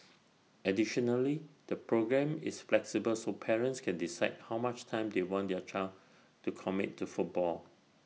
additionally the programme is flexible so parents can decide how much time they want their child to commit to football